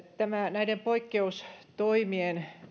näiden poikkeustoimien